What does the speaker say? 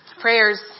Prayers